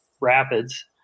Rapids